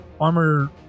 armor